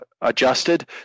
adjusted